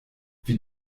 wie